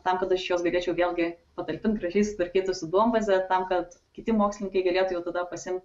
tam kad aš juos galėčiau vėlgi patalpint gražiai sutvarkyti su duombaze tam kad kiti mokslininkai galėtų jau tada pasiimt